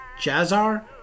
Jazzar